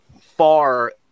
far